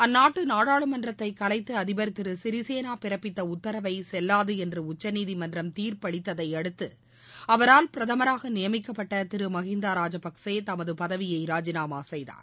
அந்நாட்டு நாடாளுமன்றத்தை கலைத்து அதிபர் திரு சிறிசேனா பிறப்பித்த உத்தரவை செல்லாது என்று உச்சநீதிமன்றம் தீர்ப்பளித்தையடுத்து அவரால் பிரதமராக நியமிக்கப்பட்ட திரு மகிந்தா ராஜபக்சே தமது பதவியை ராஜினாமா செய்தார்